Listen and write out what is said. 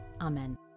Amen